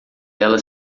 ela